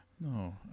No